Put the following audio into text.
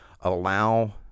allow